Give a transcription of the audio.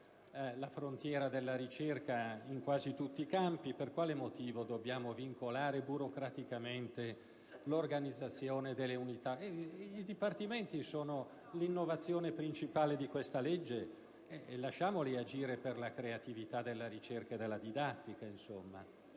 la frontiera della ricerca in quasi tutti i campi: per quale motivo, allora, dobbiamo vincolare burocraticamente l'organizzazione delle unità? I dipartimenti sono l'innovazione principale di questa legge: lasciamoli agire per la creatività della ricerca e della didattica.